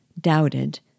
doubted